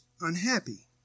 unhappy